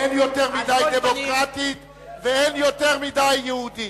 אין יותר מדי דמוקרטית ואין יותר מדי יהודית.